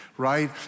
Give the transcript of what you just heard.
Right